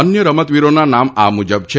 અન્ય રમતવિરોના નામ આ મુજબ છે